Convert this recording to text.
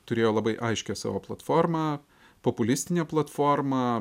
turėjo labai aiškią savo platformą populistinę platformą